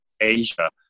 Asia